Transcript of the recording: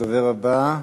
הדובר הבא,